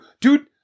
Dude